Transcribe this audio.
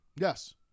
Yes